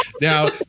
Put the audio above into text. Now